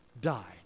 died